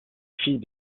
fille